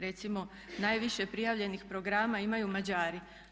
Recimo najviše prijavljenih programa imaju Mađari.